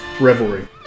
Revelry